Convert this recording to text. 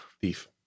thief